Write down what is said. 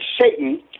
Satan